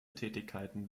tätigkeiten